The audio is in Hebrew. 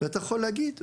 ואתה יכול להגיד,